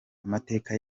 amateka